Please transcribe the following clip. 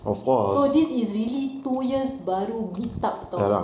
so this easily two years baru meet up tahu